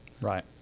Right